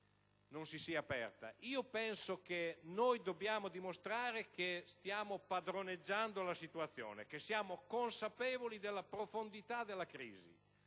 una discussione. Penso che noi dobbiamo dimostrare che stiamo padroneggiando la situazione e che siamo consapevoli della profondità della crisi.